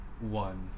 one